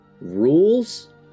rules